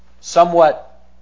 somewhat